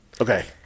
Okay